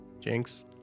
Jinx